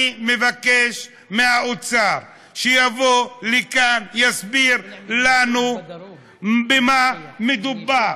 אני מבקש מהאוצר שיבוא לכאן ויסביר לנו במה מדובר,